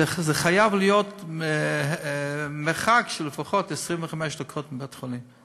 זה חייב להיות במרחק של לפחות 25 דקות מבית-חולים,